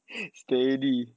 steady